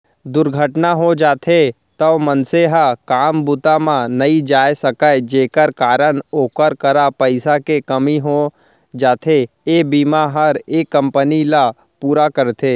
दुरघटना हो जाथे तौ मनसे ह काम बूता म नइ जाय सकय जेकर कारन ओकर करा पइसा के कमी हो जाथे, ए बीमा हर ए कमी ल पूरा करथे